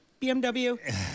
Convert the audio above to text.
bmw